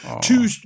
two